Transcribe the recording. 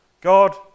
God